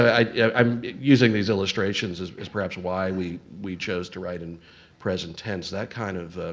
i mean i'm using these illustrations as as perhaps why we we chose to write in present tense. that kind of